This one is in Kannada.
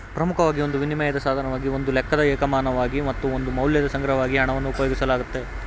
ಪ್ರಮುಖವಾಗಿ ಒಂದು ವಿನಿಮಯದ ಸಾಧನವಾಗಿ ಒಂದು ಲೆಕ್ಕದ ಏಕಮಾನವಾಗಿ ಮತ್ತು ಒಂದು ಮೌಲ್ಯದ ಸಂಗ್ರಹವಾಗಿ ಹಣವನ್ನು ಉಪಯೋಗಿಸಲಾಗುತ್ತೆ